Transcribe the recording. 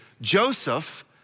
Joseph